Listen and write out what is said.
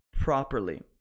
properly